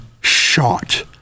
shot